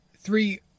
three